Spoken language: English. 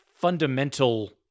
fundamental